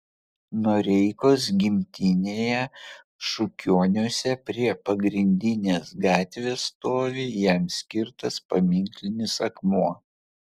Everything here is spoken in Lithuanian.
noreikos gimtinėje šukioniuose prie pagrindinės gatvės stovi jam skirtas paminklinis akmuo